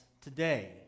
today